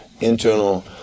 internal